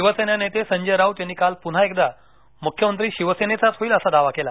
शिवसेना नेते संजय राऊत यांनी काल पुन्हा एकदा मुख्यमंत्री शिवसेनेचाच होईल असा दावा केला